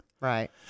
Right